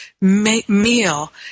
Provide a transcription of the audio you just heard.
meal